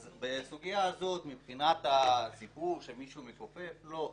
אז בסוגיה הזאת, מבחינת הסיפור שמישהו מכופף, לא.